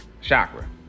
chakra